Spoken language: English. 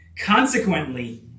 Consequently